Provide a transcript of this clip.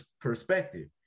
perspective